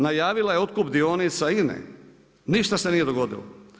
Najavila je otkup dionica INA-e, ništa se nije dogodilo.